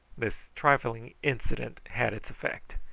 this trifling incident had its effect,